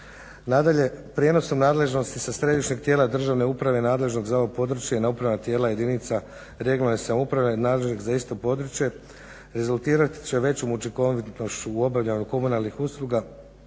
Nadalje, prijenosom nadležnosti sa središnjeg tijela državne uprave nadležnog za ovo područje na upravna tijela jedinica regionalne samouprave nadležnih za isto područje rezultirat će većom učinkovitošću u obavljanju komunalnih usluga,